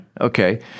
Okay